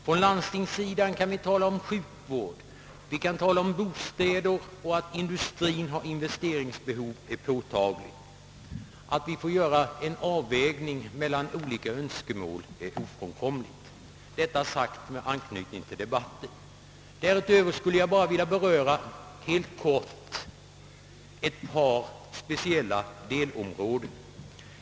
På landstingssidan kan vi tala om sjukvården; vi kan tala om bostäderna och det kan sägas att industrien har påtagliga investeringsbehov. Att det måste ske en avvägning mellan önskemålen, är ofrånkomligt. Därutöver skulle jag helt kort vilja beröra ett par speciella delområden.